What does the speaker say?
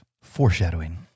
Foreshadowing